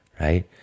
Right